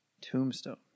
Tombstone